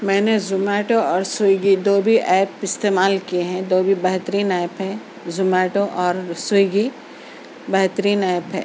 میں نے زومیٹو اور سوئگی دو بھی ایپ استعمال کئے ہیں دو بھی بہترین ایپ ہیں زومیٹو اور سوئگی بہترین ایپ ہے